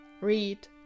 Read